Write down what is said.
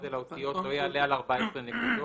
וגודל האותיות לא יעלה על 14 נקודות;